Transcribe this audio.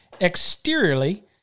exteriorly